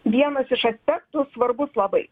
vienas iš aspektų svarbus labai